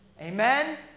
Amen